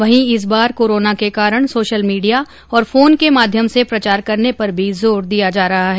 वहीं इस बार कोरोना के कारण सोशल मीडिया और फोन के माध्यम से प्रचार करने पर भी जोर दिया जा रहा है